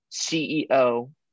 ceo